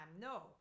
No